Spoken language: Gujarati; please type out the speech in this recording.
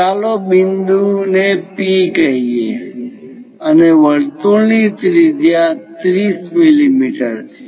ચાલો બિંદુ ને P કહીએ અને વર્તુળની ત્રિજ્યા 30 મીમી છે